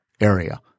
area